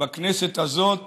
בכנסת הזאת